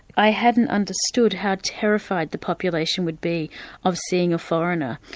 i hadn't understood how terrified the population would be of seeing a foreigner,